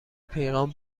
پیغام